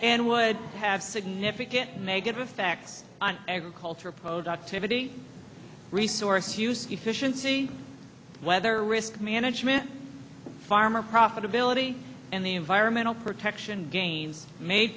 and would have significant negative effects on agricultural productivity resource use efficiency whether risk management farm or profitability and the environmental protection gains made